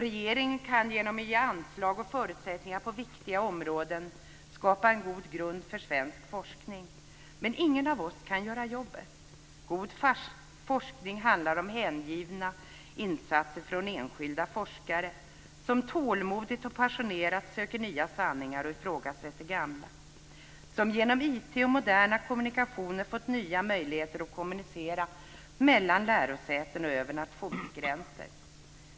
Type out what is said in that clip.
Riksdagen kan genom att ge anslag och förutsättningar på viktiga områden skapa en god grund för svensk forskning. Men ingen av oss kan göra jobbet. God forskning handlar om hängivna insatser från enskilda forskare som tålmodigt och passionerat söker nya sanningar och ifrågasätter gamla. Genom IT och moderna kommunikationer har de fått nya möjligheter att kommunicera mellan lärosäten och över nationsgränser.